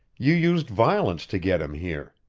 you used violence to get him here.